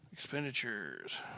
Expenditures